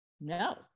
No